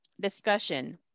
discussion